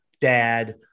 dad